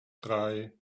drei